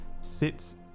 sits